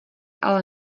ale